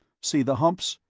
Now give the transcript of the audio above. see the humps?